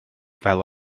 fel